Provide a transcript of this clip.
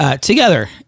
together